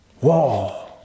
Whoa